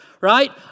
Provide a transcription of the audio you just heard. right